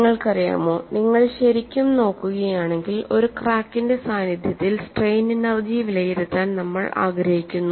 നിങ്ങൾക്കറിയാമോ നിങ്ങൾ ശരിക്കും നോക്കുകയാണെങ്കിൽ ഒരു ക്രാക്കിന്റെ സാന്നിധ്യത്തിൽ സ്ട്രെയിൻ എനെർജി വിലയിരുത്താൻ നമ്മൾ ആഗ്രഹിക്കുന്നു